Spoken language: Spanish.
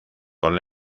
con